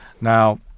Now